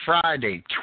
Friday